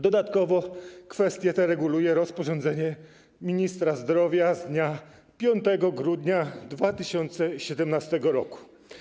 Dodatkowo kwestie te reguluje rozporządzenie ministra zdrowia z dnia 5 grudnia 2017 r.